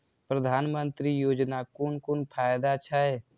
प्रधानमंत्री योजना कोन कोन फायदा छै?